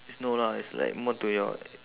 it's no lah it's like more to your